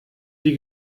die